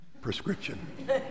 prescription